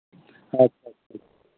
ᱟᱪᱪᱷᱟ ᱟᱪᱪᱷᱟ